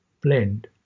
blend